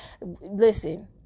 listen